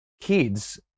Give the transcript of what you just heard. kids